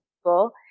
people –